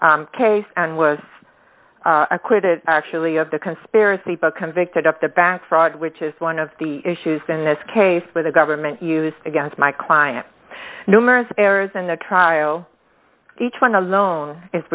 separate case and was acquitted actually of the conspiracy but convicted up the bank fraud which is one of the issues in this case where the government used against my client numerous errors in the trial each one alone i